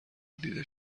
دیده